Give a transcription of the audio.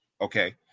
Okay